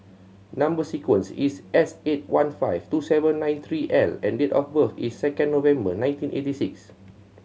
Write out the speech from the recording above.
number sequence is S eight one five two seven nine three L and date of birth is second November nineteen eighty six